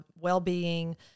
well-being